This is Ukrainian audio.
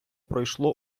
пройшло